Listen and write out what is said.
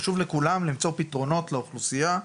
חשוב לכולם למצוא פתרונות לאוכלוסייה,